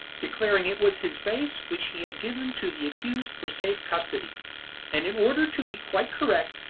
declaring it was his vase, which he had given to the accused for safe custody and in order to be quite correct,